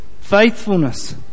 faithfulness